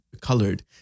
colored